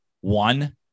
one